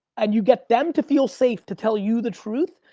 and you get them to feel safe to tell you the truth,